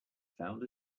found